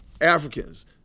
Africans